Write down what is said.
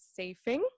safing